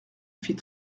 fit